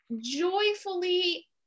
joyfully